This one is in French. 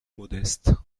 modeste